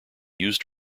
used